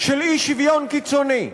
של אי-שוויון קיצוני.